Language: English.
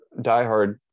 diehard